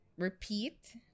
Repeat